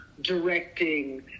directing